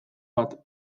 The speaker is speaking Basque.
bat